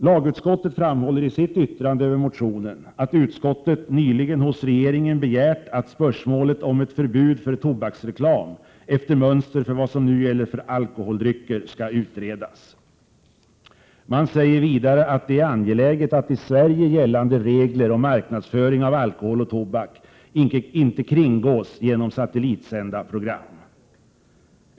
Lagutskottet framhåller i sitt yttrande över motionen att utskottet nyligen hos regeringen begärt att spörsmålet om ett förbud för tobaksreklam efter mönster för vad som nu gäller för alkoholdrycker skall utredas. Man säger vidare att det är angeläget att i Sverige gällande regler om marknadsföring av alkohol och tobak inte kringgås genom satellitsända program.